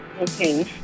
Okay